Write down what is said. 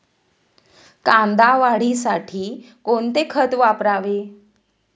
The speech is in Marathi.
कांदा वाढीसाठी कोणते खत वापरावे?